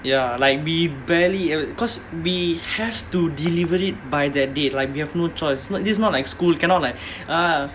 ya like be barely uh because we have to deliver it by that deadline we have no choice not this not like school cannot like ah